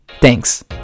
Thanks